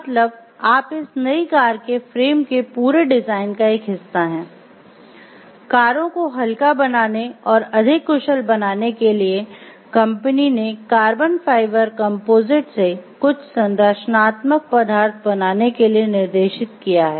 मतलब आप इस नई कार के फ्रेम के पूरे डिजाइन का एक हिस्सा हैं कारों को हल्का बनाने और अधिक कुशल बनाने के लिए कंपनी ने कार्बन फाइबर कंपोजिट से कुछ संरचनात्मक पदार्थ बनाने के लिए निर्देशित किया है